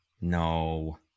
No